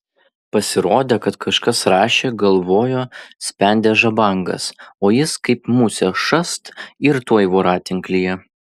pasirodė kad kažkas rašė galvojo spendė žabangas o jis kaip musė šast ir tuoj voratinklyje